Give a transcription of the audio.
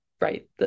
right